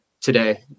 today